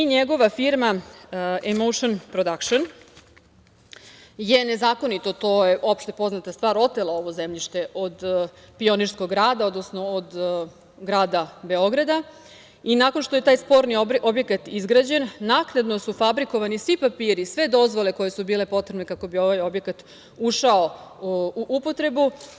Njegova firma „Emoušn prodakšn“ je nezakonito, to je opšte poznata stvar, otela ovo zemljište od Pionirskog rada, odnosno od grada Beograda i nakon što je taj sporni objekat izgrađen naknadno su fabrikovani svi papiri, sve dozvole koje su bile potrebne kako bi ovaj objekat ušao u upotrebu.